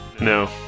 No